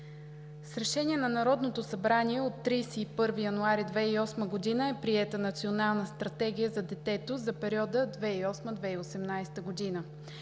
С Решение на Народното събрание от 31 януари 2008 г. е приета Национална стратегия за детето за периода 2008 – 2018 г.